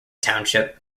township